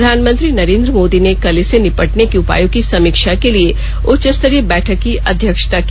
प्रधानमंत्री नरेंद्र मोदी ने कल इससे निपटने के उपायों की समीक्षा के लिए उच्च स्तरीय बैठक की अध्यक्षता की